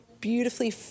beautifully